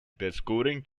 descubren